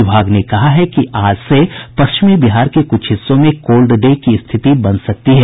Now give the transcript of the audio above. विभाग ने कहा है कि आज से पश्चिमी बिहार के कुछ हिस्सों में कोल्ड डे की स्थिति बन सकती है